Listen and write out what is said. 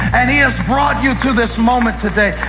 and he has brought you to this moment today.